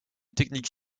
technique